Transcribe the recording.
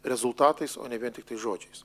rezultatais o ne vien tiktai žodžiais